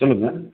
சொல்லுங்கள்